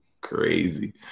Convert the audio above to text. crazy